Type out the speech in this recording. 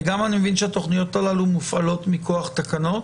ואני מבין גם שהתוכניות הללו מופעלות מכוח תקנות?